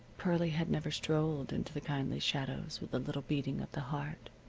pearlie had never strolled into the kindly shadows with a little beating of the heart,